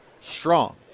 strong